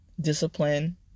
discipline